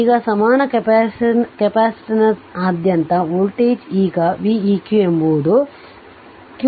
ಈಗ ಸಮಾನ ಕೆಪಾಸಿಟನ್ಸ್ನಾದ್ಯಂತ ವೋಲ್ಟೇಜ್ ಈಗ v eq ಎಂಬುದು q eqCeqಆಗಿರುತ್ತದೆ